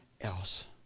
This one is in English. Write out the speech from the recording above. else